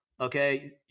okay